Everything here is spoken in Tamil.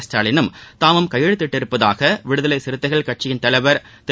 ஸ்டாலினும் தாமும் கையெழுத்திட்டுள்ளதாக விடுதலைச் சிறுத்தைகள் கட்சித் தலைவர் திரு